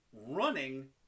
running